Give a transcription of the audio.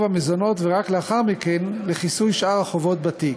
המזונות ורק לאחר מכן לכיסוי שאר החובות בתיק,